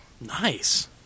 Nice